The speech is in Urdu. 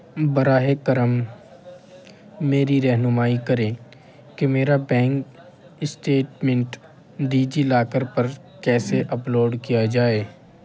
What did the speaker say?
براہ کرم میری رہنمائی کریں کہ میرا بینک اسٹیٹمنٹ ڈیجی لاکر پر کیسے اپلوڈ کیا جائے